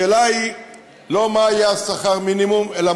השאלה היא לא מה יהיה שכר המינימום אלא